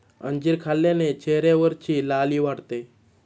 अंजीर खाल्ल्याने चेहऱ्यावरची लाली वाढते